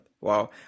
Wow